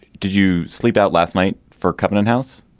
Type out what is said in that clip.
did you sleep out last night for covenant house.